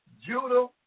Judah